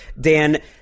Dan